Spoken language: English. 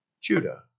Judah